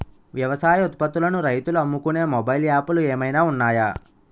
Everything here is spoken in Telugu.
వ్యవసాయ ఉత్పత్తులను రైతులు అమ్ముకునే మొబైల్ యాప్ లు ఏమైనా ఉన్నాయా?